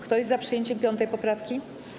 Kto jest za przyjęciem 5. poprawki?